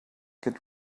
got